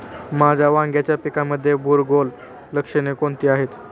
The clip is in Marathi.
माझ्या वांग्याच्या पिकामध्ये बुरोगाल लक्षणे कोणती आहेत?